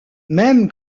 même